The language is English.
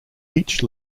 each